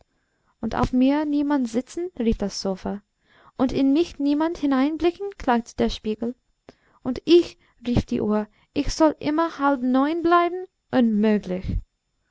und auf mir niemand sitzen rief das sofa und in mich niemand hineinblicken klagte der spiegel und ich rief die uhr ich soll immer halb neun bleiben unmöglich